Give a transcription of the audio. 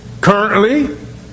currently